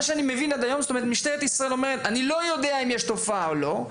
אני מבין שעד היום משטרת ישראל אומרת: אני לא יודעת אם יש תופעה או לא.